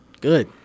good